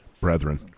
brethren